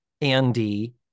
Andy